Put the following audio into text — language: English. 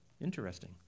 interesting